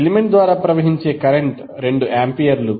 element ద్వారా ప్రవహించే current 2 ఆంపియర్లు